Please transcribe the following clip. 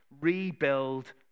rebuild